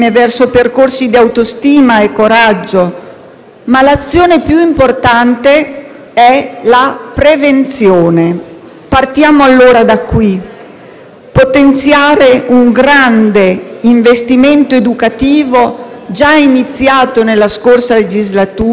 l'azione più importante è la prevenzione. Partiamo allora dal potenziare un grande investimento educativo, già iniziato nella scorsa legislatura, che coinvolga la scuola e non solo,